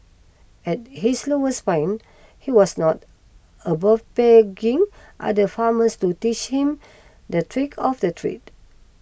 at his lowest point he was not above begging other farmers to teach him the trick of the trade